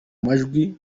majwi